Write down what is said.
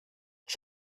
ich